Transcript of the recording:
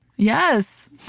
Yes